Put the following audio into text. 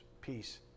peace